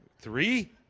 Three